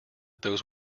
those